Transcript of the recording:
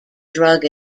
drug